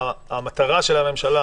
המטרה של הממשלה